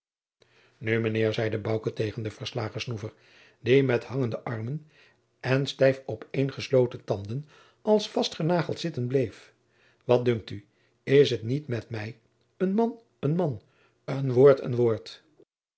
nu mijnheer zeide bouke tegen den verslagen snoever die met hangende armen en stijf op een gesloten tanden als vastgenageld zitten bleef wat dunkt u is het niet met mij een man een man een woord een woord